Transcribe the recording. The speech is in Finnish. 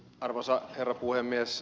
arvoisa herra puhemies